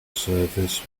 service